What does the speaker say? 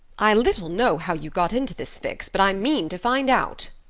i little know how you got into this fix, but i mean to find out,